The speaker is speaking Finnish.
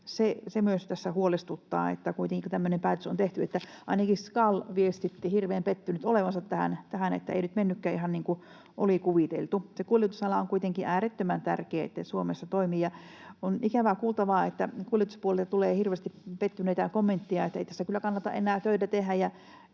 se myös tässä huolestuttaa, kun tämmöinen päätös kuitenkin on tehty. Ainakin SKAL viestitti hirveän pettynyt olevansa tähän, että asia ei nyt mennytkään ihan niin kuin oli kuviteltu. On kuitenkin äärettömän tärkeää, että se kuljetusala Suomessa toimii, ja on ikävää kuultavaa, että kuljetuspuolelta tulee hirveästi pettyneitä kommentteja, ettei tässä kyllä kannata enää töitä tehdä.